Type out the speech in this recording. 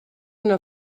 una